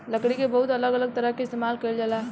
लकड़ी के बहुत अलग अलग तरह से इस्तेमाल कईल जाला